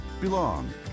belong